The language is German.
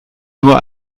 nur